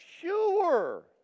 sure